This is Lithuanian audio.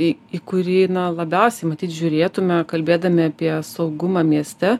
į į kurį labiausiai matyt žiūrėtume kalbėdami apie saugumą mieste